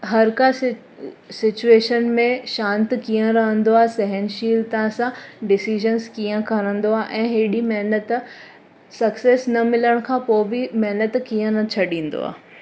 हर का सिचवेशन में शांत किअं रहंदो आहे ऐं सहिनशीलता सां डिसीजन्स किअं खणंदो आहे ऐं हेॾी महिनत सक्सेस न मिलण खां पोइ बि महिनत किअं न छॾींदो आहे